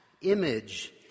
image